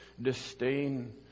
disdain